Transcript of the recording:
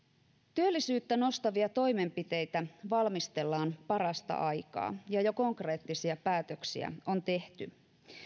työllisyyttä nostavia toimenpiteitä valmistellaan parasta aikaa ja ja konkreettisia päätöksiä on jo tehty